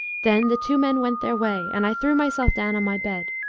then the two men went their way and i threw myself down on my bed,